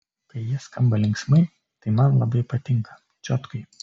kai jie skamba linksmai tai man labai patinka čiotkai